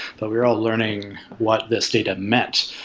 but we're all learning what this data meant,